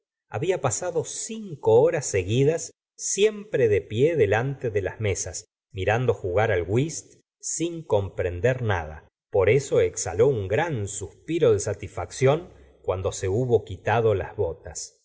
había pasado cinco horas seguidas siempre de pie delante de las mesas mirando jugar al whist sin comprender nada por eso exhaló un gran suspiro de satisfacción cuando se hubo quitado las botas